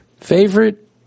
favorite